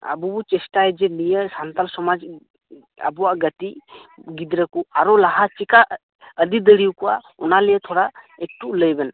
ᱟᱵᱚ ᱪᱮᱥᱴᱟᱭᱟ ᱡᱮ ᱱᱤᱭᱟᱹ ᱥᱟᱱᱛᱟᱲ ᱥᱚᱢᱟᱡᱽ ᱟᱵᱚᱣᱟᱜ ᱜᱟᱛᱮ ᱜᱤᱫᱽᱨᱟᱹ ᱠᱚ ᱟᱨᱚ ᱞᱟᱦᱟ ᱪᱤᱠᱟᱹ ᱟᱫᱮᱨ ᱫᱟᱲᱮᱭᱟᱠᱚᱣᱟ ᱚᱱᱟ ᱜᱮ ᱛᱷᱚᱲᱟ ᱮᱠᱴᱩ ᱞᱟᱹᱭ ᱵᱮᱱ